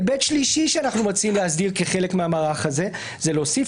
היבט שלישי שאנחנו מציעים להסדיר כחלק מהמערך הזה זה להוסיף